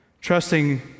Trusting